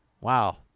Wow